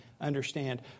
understand